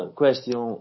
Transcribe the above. question